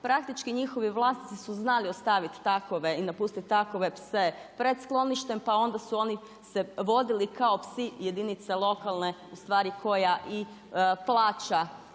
praktički njihovi vlasnici su znali ostaviti takve i napustiti takve pse pred skloništem pa onda su oni se vodili kao psi jedinice lokalne, ustvari koja i plaća